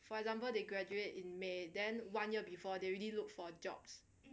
for example they graduate in may then one year before they already look for jobs